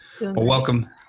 Welcome